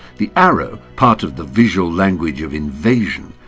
the arrow, part of the visual language of invasion,